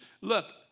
Look